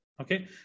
Okay